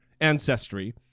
ancestry